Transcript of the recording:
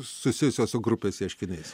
susijusios su grupės ieškiniais